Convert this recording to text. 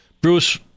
Bruce